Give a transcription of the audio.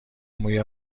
موی